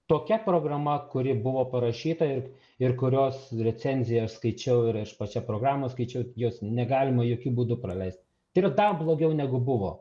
tokia programa kuri buvo parašyta ir ir kurios recenziją aš skaičiau ir pačią programą skaičiau jos negalima jokiu būdu praleist tai yra dar blogiau negu buvo